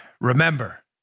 Remember